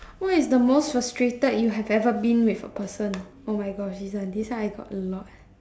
what is the most frustrated you have ever been with a person oh my gosh this one this one I got a lot